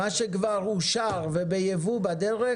מה שכבר אושר וביבוא בדרך,